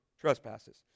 trespasses